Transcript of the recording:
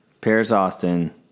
Paris-Austin